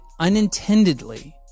unintendedly